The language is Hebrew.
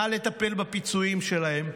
נא לטפל בפיצויים שלהם.